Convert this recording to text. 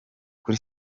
kuri